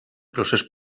procés